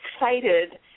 excited